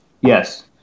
Yes